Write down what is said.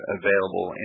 available